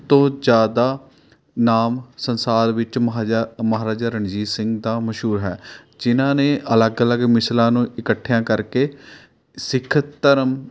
ਤੋਂ ਜ਼ਿਆਦਾ ਨਾਮ ਸੰਸਾਰ ਵਿੱਚ ਮਹਾਜਾ ਮਹਾਰਾਜਾ ਰਣਜੀਤ ਸਿੰਘ ਦਾ ਮਸ਼ਹੂਰ ਹੈ ਜਿੰਨ੍ਹਾਂ ਨੇ ਅਲੱਗ ਅਲੱਗ ਮਿਸਲਾਂ ਨੂੰ ਇਕੱਠਿਆਂ ਕਰਕੇ ਸਿੱਖ ਧਰਮ